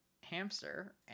hamster